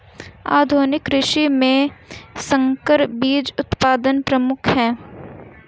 आधुनिक कृषि में संकर बीज उत्पादन प्रमुख है